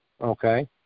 Okay